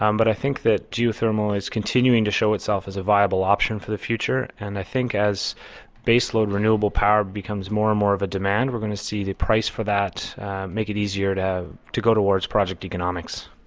um but i think that geothermal is continuing to show itself as a viable option for the future, and i think as base-load renewable power becomes more and more of a demand, we're going to see the price for that make it easier to to go towards project economics.